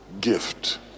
gift